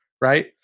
right